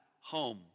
home